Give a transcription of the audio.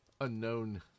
unknown